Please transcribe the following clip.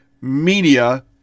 media